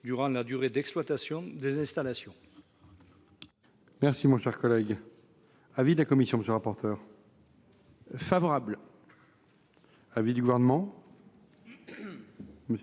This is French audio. pour la durée d’exploitation des installations.